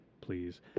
please